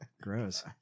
gross